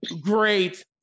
great